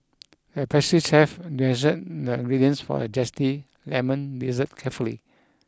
the pastry chef the ingredients for a zesty lemon dessert carefully